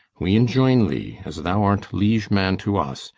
we enjoin thee, as thou art liegeman to us,